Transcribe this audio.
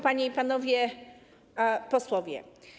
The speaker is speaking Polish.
Panie i Panowie Posłowie!